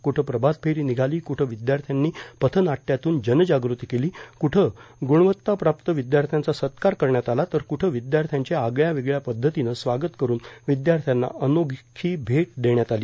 कुठे प्रभातफेरी निघाली कुठे विद्यार्थ्यांनी पथनाट्यातून जनजागृती केली कुठे गुणवताप्राप्त विद्यार्थ्यांचा सत्कार करण्यात आला तर कुठे विद्यार्थ्यांचे आगळ्यावेगळ्या पद्धतीने स्वागत करून विद्यार्थ्यांना अनोखी भेट देण्यात आली